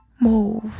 Move